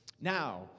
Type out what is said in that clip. Now